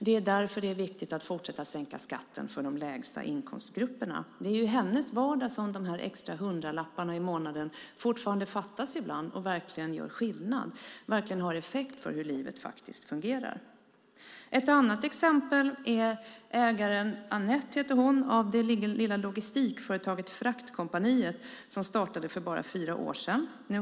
Det är därför det är viktigt att fortsätta sänka skatten för dem i de lägsta inkomstgrupperna. Det är i hennes vardag som de extra hundralapparna verkligen gör skillnad och har en effekt på hur livet fungerar. Ett annat exempel är Anette som äger logistikföretaget Fraktkompaniet som startade för fyra år sedan.